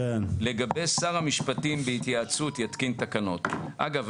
לגבי שר המשפטים בהתייעצות יתקין תקנות אגב,